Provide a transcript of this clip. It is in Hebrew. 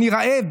אני רעב,